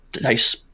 nice